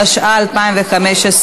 התשע"ה 2015,